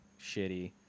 shitty